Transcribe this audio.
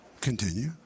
Continue